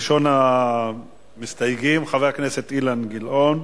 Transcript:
ראשון המסתייגים, חבר הכנסת אילן גילאון,